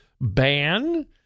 ban